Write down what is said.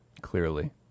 Clearly